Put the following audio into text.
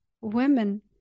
women